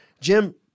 Jim